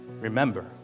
Remember